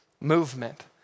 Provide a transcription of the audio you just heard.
movement